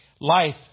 Life